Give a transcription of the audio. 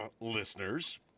listeners